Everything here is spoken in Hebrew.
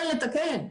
לתקן,